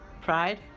Pride